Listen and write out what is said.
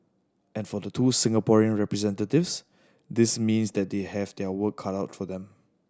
and for the two Singaporean representatives this means that they have their work cut out for them